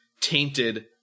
tainted